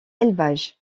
élevage